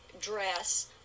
dress